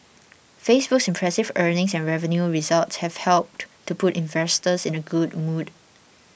Facebook's impressive earnings and revenue results have helped to put investors in a good mood